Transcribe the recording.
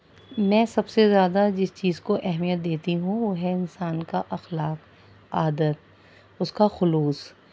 میں سب سے زیادہ جس چیز کو اہمیت دیتی ہوں وہ ہے انسان کا اخلاق عادت اس کا خلوص